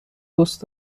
دوست